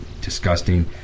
disgusting